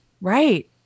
Right